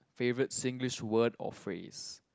favourite Singlish word or phrase